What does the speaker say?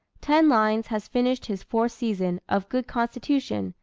ten lines, has finished his fourth season of good constitution,